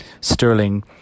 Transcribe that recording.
sterling